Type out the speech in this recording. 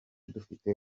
dufite